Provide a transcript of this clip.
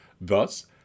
thus